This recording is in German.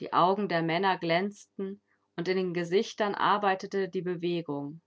die augen der männer glänzten und in den gesichtern arbeitete die bewegung